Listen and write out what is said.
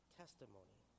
testimony